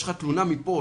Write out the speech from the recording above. תלונה מפה,